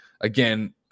again